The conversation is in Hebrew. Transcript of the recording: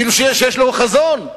כאילו שיש לו חזון.